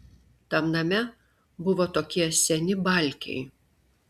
tam name buvo tokie seni balkiai